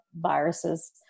viruses